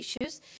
issues